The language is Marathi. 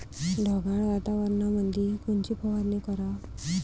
ढगाळ वातावरणामंदी कोनची फवारनी कराव?